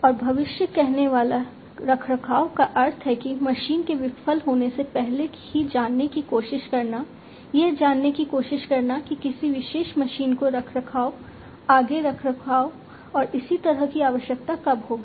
और भविष्य कहनेवाला रखरखाव का अर्थ है कि मशीन के विफल होने से पहले ही जानने की कोशिश करना यह जानने की कोशिश करना कि किसी विशेष मशीन को रखरखाव आगे रखरखाव और इसी तरह की आवश्यकता कब होगी